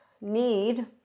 need